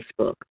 Facebook